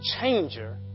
changer